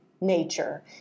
nature